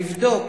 לבדוק,